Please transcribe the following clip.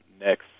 next